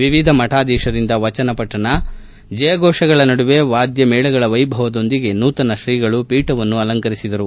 ವಿವಿಧ ಮಠಾಧೀಶರಿಂದ ವಚನ ಪಠನ ಜಯಘೋಷಗಳ ನಡುವೆ ವಾದ್ಯಮೇಳಗಳ ವೈಭವದೊಂದಿಗೆ ನೂತನ ಶ್ರೀಗಳು ಪೀಠವನ್ನು ಅಲಂಕರಿಸಿದರು